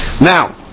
Now